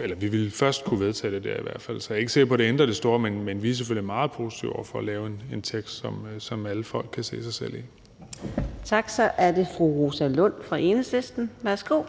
eller vi ville i hvert fald først kunne vedtage det der. Så jeg er ikke sikker på, at det ændrer det store, men vi er selvfølgelig meget positive over for at lave en tekst, som alle folk kan se sig selv i. Kl. 15:29 Fjerde næstformand (Karina Adsbøl): Tak.